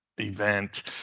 event